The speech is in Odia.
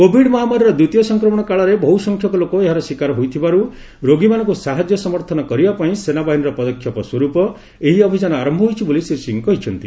କୋଭିଡ ମହାମାରୀର ଦ୍ୱିତୀୟ ସଫ୍ରକ୍ରମଣ କାଳରେ ବହୁସଂଖ୍ୟକ ଲୋକ ଏହାର ଶିକାର ହୋଇଥିବାରୁ ରୋଗୀମାନଙ୍କୁ ସାହାଯ୍ୟ ସମର୍ଥନ କରିବା ପାଇଁ ସେନାବାହିନୀର ପଦକ୍ଷେପ ସ୍ୱରୂପ ଏହି ଅଭିଯାନ ଆରମ୍ଭ ହୋଇଛି ବୋଲି ଶ୍ରୀ ସିଂ କହିଛନ୍ତି